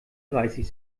dreißig